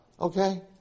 okay